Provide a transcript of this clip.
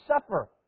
suffer